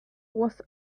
was